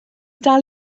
dal